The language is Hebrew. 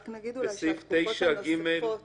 רק נגיד שהתקופות הנוספות